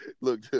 look